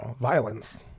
violence